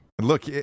Look